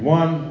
one